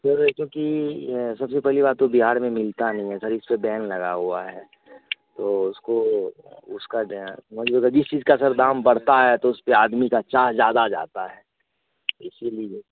sir क्योंकि सबसे पहली बात तो बिहार में मिलता नहीं है सर इसपे बैन लगा हुआ है तो उसको उसका जिस चीज़ का सर दाम बढ़ता है तो उसपे आदमी का चाह ज़्यादा जाता है इसीलिये